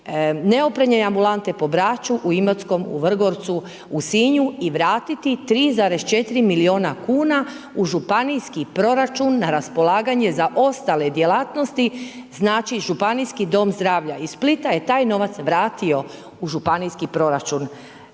neopremljene ambulante po Braču, u Imotskom, u Vrgorcu, u Sinju i vratiti 3,4 milijuna kuna u županijski proračun na raspolaganje za ostale djelatnosti. Znači županijski dom zdravlja iz Splita je taj novac vratio u županijski proračun.